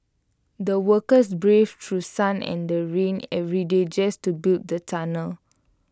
the workers braved through sun and rain every day just to build the tunnel